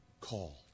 call